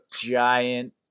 giant